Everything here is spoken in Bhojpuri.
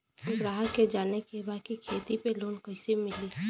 ग्राहक के जाने के बा की खेती पे लोन कैसे मीली?